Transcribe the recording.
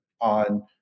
on